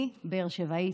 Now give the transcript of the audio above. אני באר שבעית.